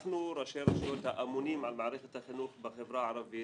אנחנו ראשי הרשויות האמונים על מערכת החינוך בחברה הערבית.